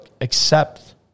accept